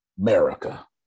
America